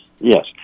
Yes